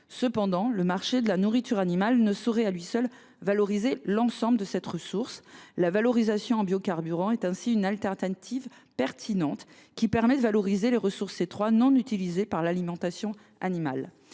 Cependant, le secteur de la nourriture animale ne saurait à lui seul valoriser l’ensemble de cette ressource. La valorisation en biocarburants représente une alternative pertinente permettant de valoriser les ressources non utilisées par l’alimentation animale.